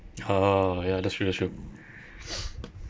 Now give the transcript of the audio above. ha yeah that's true that's true